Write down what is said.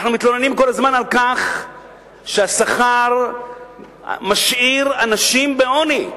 אנחנו מתלוננים כל הזמן על כך שהשכר משאיר אנשים בעוני.